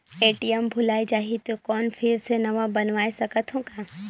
ATM भुलाये जाही तो कौन फिर से नवा बनवाय सकत हो का?